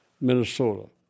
Minnesota